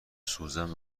سوزن